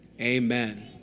amen